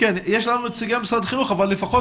יש לנו נציגה ממשרד החינוך אבל לפחות